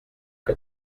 que